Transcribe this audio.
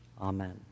amen